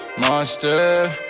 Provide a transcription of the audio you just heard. monster